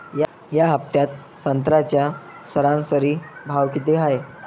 या हफ्त्यात संत्र्याचा सरासरी भाव किती हाये?